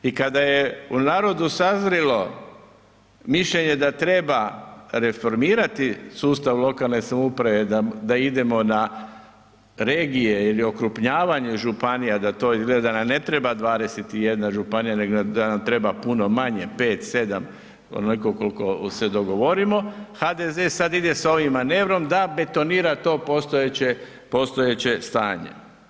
I kada je u narodu sazrjelo mišljenje da treba reformirati sustav lokalne samouprave, da idemo na regije ili okrupnjavanje županija, da to izgleda nam ne treba 21 županija nego da nam treba puno manje, 5, 7, onoliko koliko se dogovorimo HDZ sad ide sa ovim manevrom da betonira to postojeće stanje.